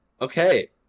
Okay